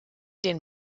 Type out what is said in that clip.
den